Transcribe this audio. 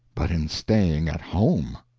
but in staying at home.